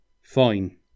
Fine